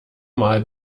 mal